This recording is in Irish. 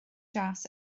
deas